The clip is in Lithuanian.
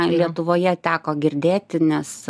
lietuvoje teko girdėti nes